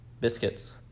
biscuits